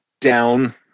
down